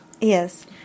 Yes